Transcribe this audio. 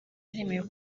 yaremewe